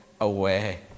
away